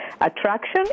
Attraction